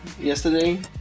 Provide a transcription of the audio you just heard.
yesterday